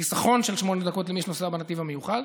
חיסכון של 8 דקות למי שנוסע בנתיב המיוחד,